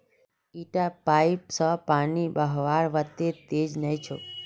इटा पाइप स पानीर बहाव वत्ते तेज नइ छोक